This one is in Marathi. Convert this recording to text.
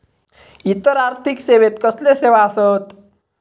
इतर आर्थिक सेवेत कसले सेवा आसत?